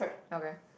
okay